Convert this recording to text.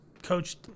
Coach